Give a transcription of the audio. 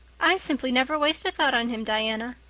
i simply never waste a thought on him, diana.